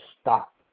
stop